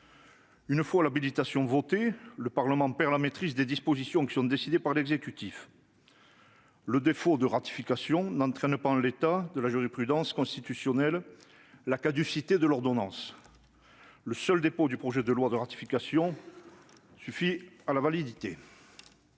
Une fois l'habilitation votée, le Parlement perd la maîtrise des dispositions qui sont décidées par l'exécutif. Le défaut de ratification n'entraîne pas, en l'état de la jurisprudence constitutionnelle, la caducité de l'ordonnance. Le seul dépôt du projet de loi de ratification suffit à sa validité.